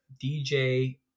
DJ